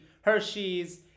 Hershey's